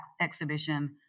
exhibition